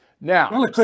Now